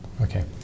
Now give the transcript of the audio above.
Okay